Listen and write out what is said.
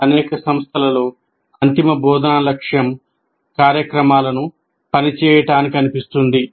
అనేక సంస్థలలో అంతిమ బోధనా లక్ష్యం కార్యక్రమాలను పని చేయడానికి కనిపిస్తుంది